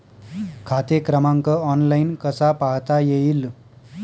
खाते क्रमांक ऑनलाइन कसा पाहता येईल?